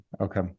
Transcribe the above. okay